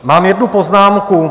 Mám jednu poznámku.